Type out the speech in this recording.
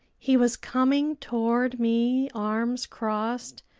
he was coming toward me, arms crossed,